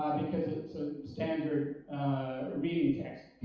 because it's a standard reading text.